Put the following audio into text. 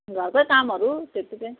घरकै कामहरू त्यति नै